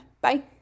Bye